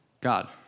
God